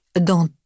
dans